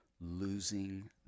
losing